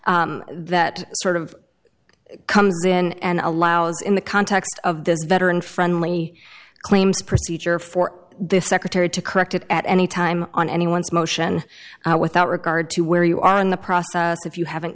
that sort of comes in and allows in the context of this veteran friendly claims procedure for this secretary to correct it at any time on anyone's motion without regard to where you are in the process if you haven't